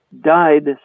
died